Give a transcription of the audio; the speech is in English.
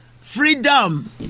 Freedom